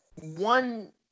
one